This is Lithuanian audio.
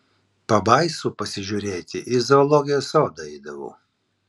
pabaisų pasižiūrėti į zoologijos sodą eidavau